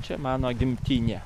čia mano gimtinė